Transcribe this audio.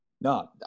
No